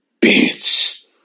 bitch